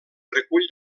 recull